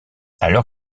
alors